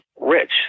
rich